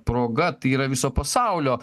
proga tai yra viso pasaulio